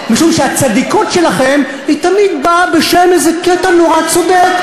משום שהצדיקות שלכם תמיד באה בשם איזה קטע נורא צודק.